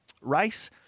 race